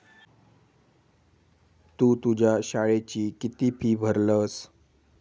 तु तुझ्या शाळेची किती फी भरलस?